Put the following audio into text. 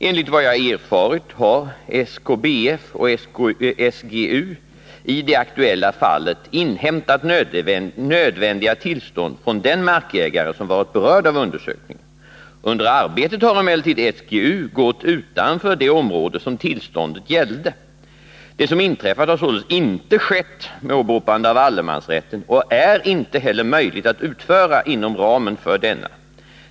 Enligt vad jag har erfarit har SKBF och SGU i det aktuella fallet inhämtat nödvändiga tillstånd från den markägare som varit berörd av undersökningen. Under arbetet har emellertid SGU gått utanför det område som tillståndet gällde. Det som inträffat har således inte skett med åberopande av allemansrätten och är inte heller möjligt att utföra inom ramen för denna.